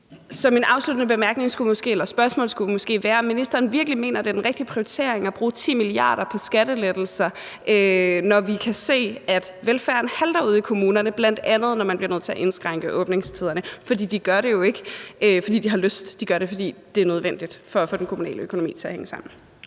Mit afsluttende spørgsmål skal måske være: Mener ministeren virkelig, at det er den rigtige prioritering at bruge 10 mia. kr. på skattelettelser, når vi kan se, at velfærden halter ude i kommunerne, bl.a. når man bliver nødt til at indskrænke åbningstiderne? For de gør det jo ikke, fordi de har lyst; de gør det, fordi det er nødvendigt. Kl. 14:17 Formanden (Søren Gade): Ministeren.